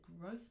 growth